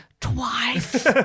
twice